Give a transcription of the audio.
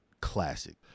classic